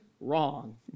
wrong